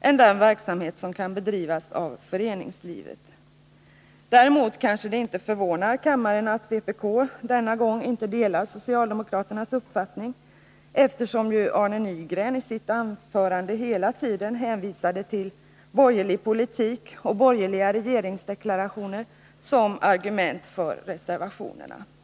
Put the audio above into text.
än den verksamhet som kan bedrivas av föreningslivet. Däremot kanske det inte förvånar kammarens ledamöter att vpk denna gång inte delar socialdemokraternas uppfattning, eftersom Arne Nygren i sitt anförande hela tiden hänvisade till borgerlig politik och borgerliga regeringsdeklarationer som argument för reservationerna.